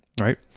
right